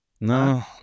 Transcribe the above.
no